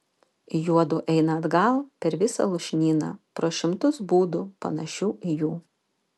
juodu eina atgal per visą lūšnyną pro šimtus būdų panašių į jų